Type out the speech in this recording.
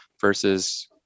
versus